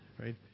right